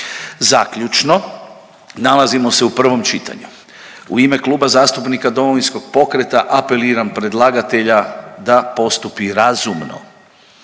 Zaključno, nalazimo se u prvom čitanju. U ime Kluba zastupnika Domovinskog pokreta apeliram predlagatelja da postupi razumno,